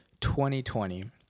2020